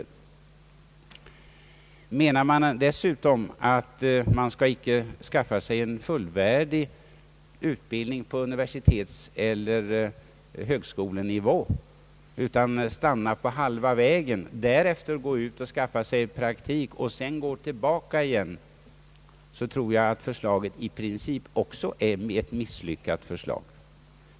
är meningen dessutom att man icke skall skaffa sig en fullvärdig utbildning på universitetsoch högskolenivå utan stanna på halva vägen och därefter skaffa sig praktik och sedan gå tillbaka igen, tror jag att förslaget i princip också är misslyckat.